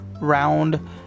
round